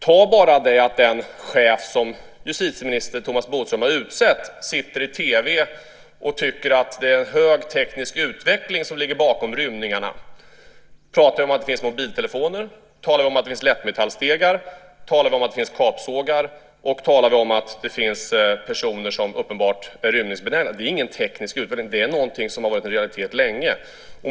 Ta bara det exemplet att den chef som justitieminister Thomas Bodström har utsett sitter i TV och tycker att det är en hög teknisk utveckling som ligger bakom rymningarna. Pratar vi om att det finns mobiltelefoner? Talar vi om att det finns lättmetallstegar? Talar vi om att det finns kapsågar? Talar vi om att det finns personer som är uppenbart rymningsbenägna? Det är ingen teknisk utveckling. Det är någonting som har varit en realitet länge.